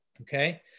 okay